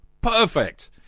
Perfect